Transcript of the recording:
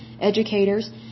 educators